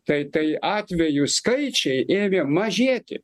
tai tai atvejų skaičiai ėmė mažėti